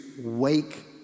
wake